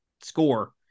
score